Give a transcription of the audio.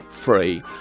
free